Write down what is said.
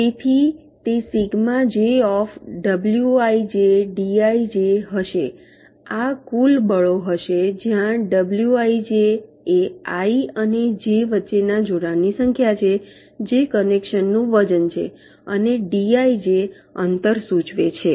તેથી તે sigma j of ડબ્લ્યુ આઇજે ડી આઇજે હશે આ કુલ બળો હશે જ્યાં ડબ્લ્યુ આઇજે એ આઈ અને જે વચ્ચેના જોડાણોની સંખ્યા છે જે કનેક્શનનું વજન છે અને ડીઆઇજે અંતર સૂચવે છે